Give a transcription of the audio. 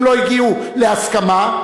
אם לא הגיעו להסכמה,